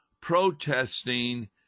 protesting